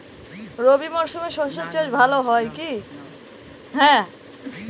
রবি মরশুমে সর্ষে চাস ভালো হয় কি?